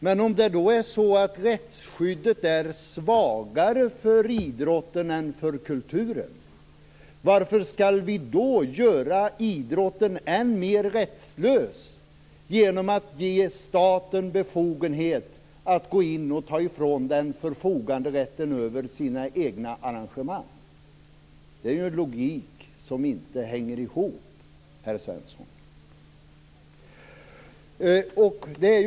Men om rättsskyddet är svagare för idrotten än för kulturen, varför skall vi då göra idrotten än mer rättslös genom att ge staten befogenhet att gå in och ta ifrån den förfoganderätten över sina egna arrangemang? Det är ju en logik som inte hänger ihop, herr Svensson.